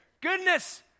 Goodness